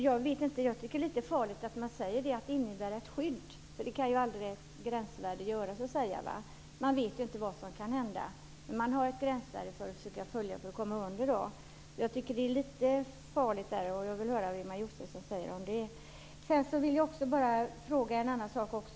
Jag tycker att det är lite farligt att man säger att det innebär ett skydd. Det kan aldrig ett gränsvärde vara. Man vet inte vad som kan hända. Man har ett gränsvärde att följa och försöka komma under. Jag tycker att det här är lite farligt, och jag vill höra vad Ingemar Josefsson säger om det. Jag vill också fråga en annan sak.